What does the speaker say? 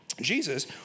Jesus